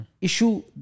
issue